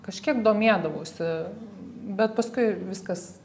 kažkiek domėdavausi bet paskui viskas